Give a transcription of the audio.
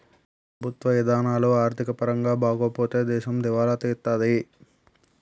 ప్రభుత్వ ఇధానాలు ఆర్థిక పరంగా బాగోపోతే దేశం దివాలా తీత్తాది